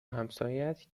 همسایهات